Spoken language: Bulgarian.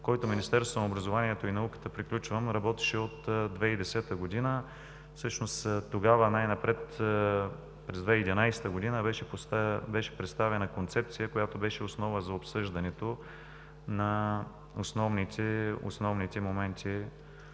който Министерството на образованието и науката работеше от 2010 г. Тогава най-напред през 2011 г. беше представена концепция, която беше основа за обсъждането на основните моменти